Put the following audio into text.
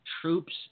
troops